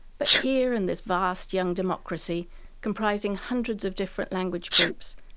but here in this vast young democracy comprising hundreds of different language groups,